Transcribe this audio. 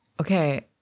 okay